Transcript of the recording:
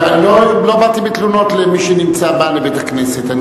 לא באתי בתלונות למי שנמצא, בא לבית-הכנסת.